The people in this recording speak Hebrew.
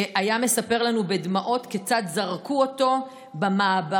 שהיה מספר לנו בדמעות כצד זרקו אותו במעברה